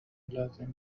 لازم